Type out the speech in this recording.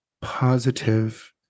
positive